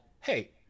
Hey